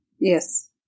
Yes